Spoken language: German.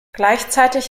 gleichzeitig